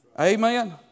Amen